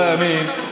מוחקת אותה,